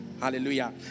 hallelujah